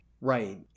Right